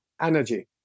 energy